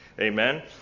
amen